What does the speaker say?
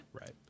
Right